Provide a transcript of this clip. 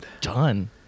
Done